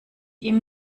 ihm